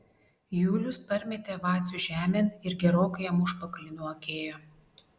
julius parmetė vacių žemėn ir gerokai jam užpakalį nuakėjo